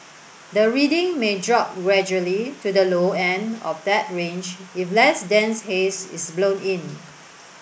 the reading may drop gradually to the low end of that range if less dense haze is blown in